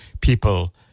people